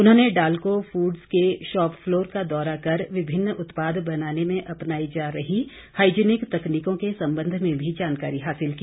उन्होंने डालको फूड्स के shop floor का दौरा कर विभिन्न उत्पाद बनाने में अपनाई जा रही हाइजिनिक तकनीकों के संबंध में भी जानकारी हासिल की